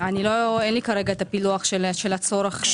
אין לי פילוח הצורך.